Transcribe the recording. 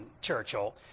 Churchill